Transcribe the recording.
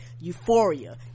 euphoria